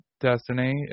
destiny